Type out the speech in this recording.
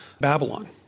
Babylon